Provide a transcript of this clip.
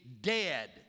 dead